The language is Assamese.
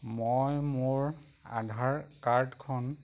মই মোৰ আধাৰ কাৰ্ডখন